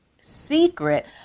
secret